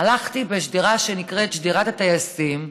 הלכתי בשדרה שנקראת שדרת הטייסים.